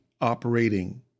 operating